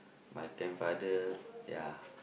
my grandfather ya